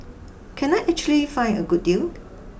can I actually find a good deal